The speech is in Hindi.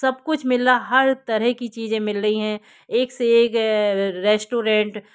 सब कुछ मिल रहा हर तरह की चीज़ें मिल रही हैं एक से एक रेस्टॉरेंट